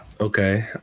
Okay